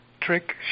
trick